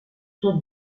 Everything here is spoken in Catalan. tot